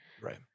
right